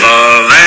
Love